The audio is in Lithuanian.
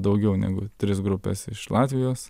daugiau negu tris grupes iš latvijos